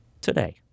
today